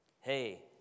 Hey